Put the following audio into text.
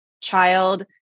Child